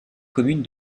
commune